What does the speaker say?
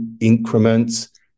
increments